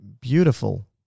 beautiful